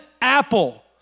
apple